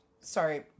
Sorry